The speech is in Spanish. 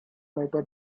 nota